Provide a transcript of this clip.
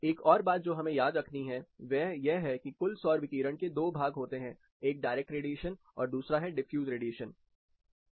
एक और बात जो हमें याद रखनी है वह यह है कि कुल सौर विकिरण के दो भाग होते हैं एक डायरेक्ट रेडिएशन है और दूसरा डिफ्यूज रेडिएशन है